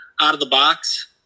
out-of-the-box